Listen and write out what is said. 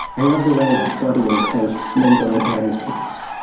i love the way that body and place mingle in erin's piece